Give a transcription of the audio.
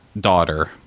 daughter